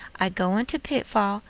i go into pitfall,